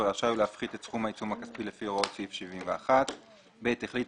ורשאי הוא להפחית את סכום העיצום הכספי לפי הוראות סעיף 71. החליט